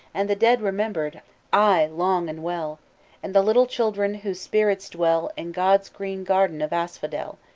and the dead remembered ay! long and well and the little children whose spirits dwell in god's green garden of asphodel.